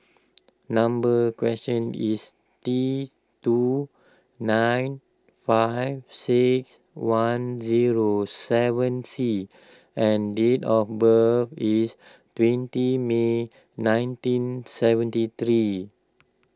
number question is T two nine five six one zero seven C and date of birth is twenty May nineteen seventy three